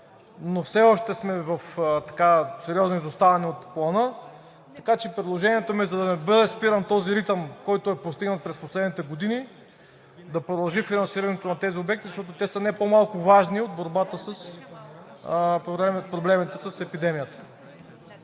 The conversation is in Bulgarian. все още сме в сериозно изоставане от Плана, така че предложението ми е: за да не бъде спиран ритъмът, който е постигнат през последните години, да продължи финансирането на тези обекти, защото те са не по-малко важни от преодоляване проблемите с епидемията.